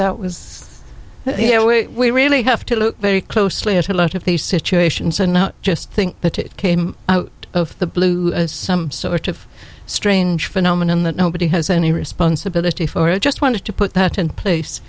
that was you know we really have to look very closely at a lot of these situations and not just think that it came out of the blue as some sort of strange phenomenon that nobody has any responsibility for it just wanted to put that in place